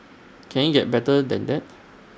can IT get better than that